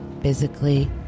physically